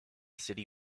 city